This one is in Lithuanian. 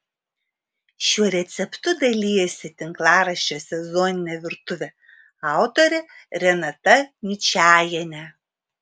šiuo receptu dalijasi tinklaraščio sezoninė virtuvė autorė renata ničajienė